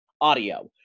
audio